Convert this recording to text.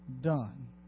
done